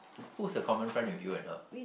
who's the common friend with you and her